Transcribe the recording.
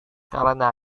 karena